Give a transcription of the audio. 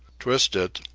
twist it,